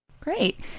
Great